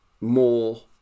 more